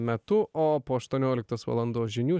metu o po aštuonioliktos valandos žinių